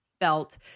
felt